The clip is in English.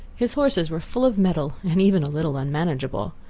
his horses were full of mettle, and even a little unmanageable.